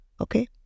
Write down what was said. Okay